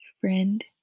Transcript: Friend